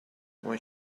when